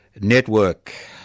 network